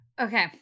Okay